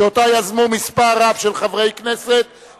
שאותה יזמו מספר רב של חברי כנסת,